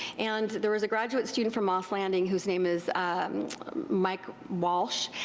and there was a graduate student from moss landing whose name is mike walsh,